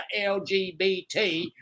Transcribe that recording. LGBT